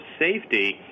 safety